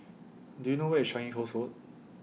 Do YOU know Where IS Changi Coast Road